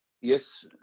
Yes